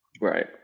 Right